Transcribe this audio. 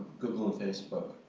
google, facebook.